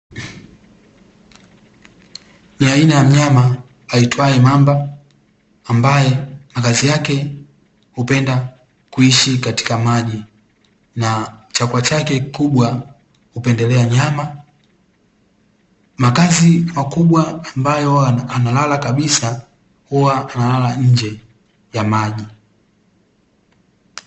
Ni aina ya mnyama aitwaye mamba ambaye makazi yake hupenda kuishi katika maji na chakula chake kikubwa hupendelea nyama, makazi makubwa ambayo analala kabisa huwa analala nje ya maji.